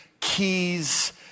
keys